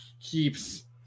keeps